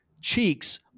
cheeks